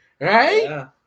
right